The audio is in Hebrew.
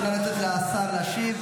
נא לתת לשר להשיב.